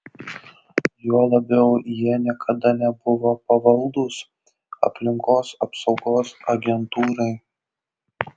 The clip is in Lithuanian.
juo labiau jie niekada nebuvo pavaldūs aplinkos apsaugos agentūrai